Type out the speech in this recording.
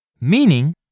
meaning